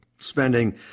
Spending